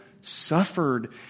suffered